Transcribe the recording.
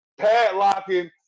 padlocking